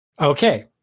Okay